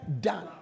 done